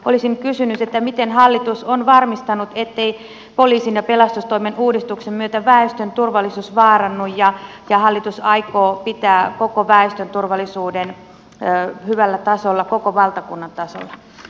olisin kysynyt miten hallitus on varmistanut ettei poliisin ja pelastustoimen uudistuksen myötä väestön turvallisuus vaarannu ja hallitus aikoo pitää koko väestön turvallisuuden hyvällä tasolla koko valtakunnan tasolla